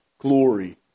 Glory